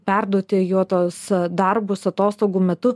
perduoti jo tuos darbus atostogų metu